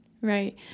Right